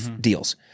deals